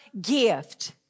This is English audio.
gift